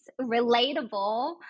relatable